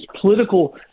political